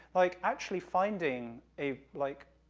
like, actually finding a, like,